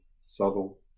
subtle